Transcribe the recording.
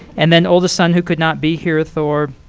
and then oldest son, who could not be here, thor,